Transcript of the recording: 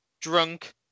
drunk